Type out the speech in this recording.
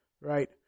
right